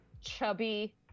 Chubby